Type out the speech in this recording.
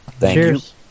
Cheers